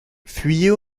fuyait